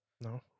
No